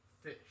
Fish